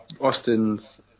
Austin's